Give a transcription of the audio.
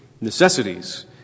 necessities